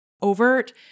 overt